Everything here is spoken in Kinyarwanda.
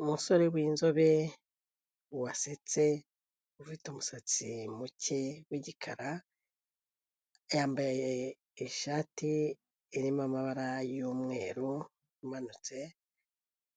Umusore w'inzobe wasetse ufite umusatsi muke w'igikara, yambaye ishati irimo amabara y'umweru imanutse